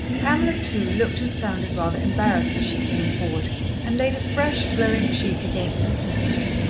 pamela, too, looked and sounded rather embarrassed as she came forward and laid a fresh, glowing cheek against her sister's.